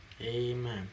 Amen